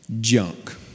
junk